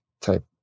type